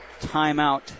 timeout